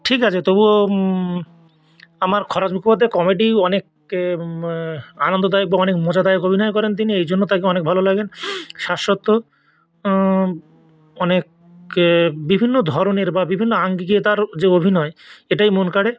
ঠিক আছে তবু আমার খরাজ মুখোপাধ্যায় কমেডি অনেক আনন্দদায়ক বা অনেক মজাদায়ক অভিনয় করেন তিনি এই জন্য তাকে অনেক ভালো লাগে শাশ্বত অনেক বিভিন্ন ধরনের বা বিভিন্ন আঙ্গিকে তার যে অভিনয় এটাই মন কাড়ে